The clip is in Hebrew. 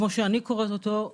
כפי שאני קוראת אותו,